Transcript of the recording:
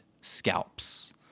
Scalps